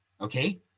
okay